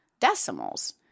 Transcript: decimals